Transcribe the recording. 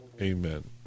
amen